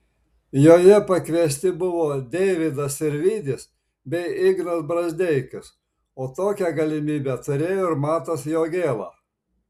joje pakviesti buvo deividas sirvydis bei ignas brazdeikis o tokią galimybę turėjo ir matas jogėla